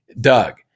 Doug